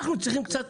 אנחנו צריכים קצת